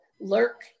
lurk